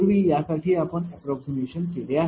पूर्वी यासाठी आपण अप्राक्समैशन केले आहे